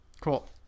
cool